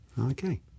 Okay